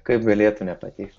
kaip galėtų nepatikti